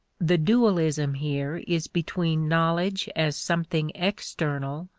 the dualism here is between knowledge as something external,